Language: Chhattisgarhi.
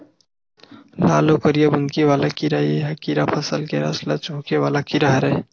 लाल अउ करिया बुंदकी वाला कीरा ए ह कीरा फसल के रस ल चूंहके वाला कीरा हरय